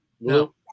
No